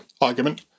argument